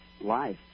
life